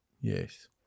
yes